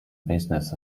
business